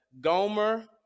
gomer